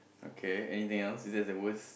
okay anything else is that the worst